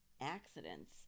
accidents